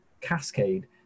cascade